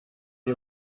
die